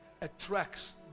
attracts